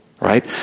Right